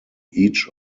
each